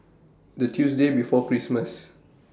The Tuesday before Christmas